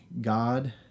God